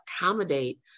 accommodate